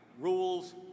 rules